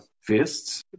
fists